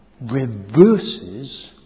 reverses